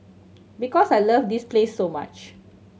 because I love this place so much